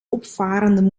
opvarenden